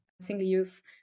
single-use